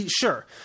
Sure